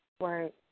Right